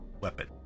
weapon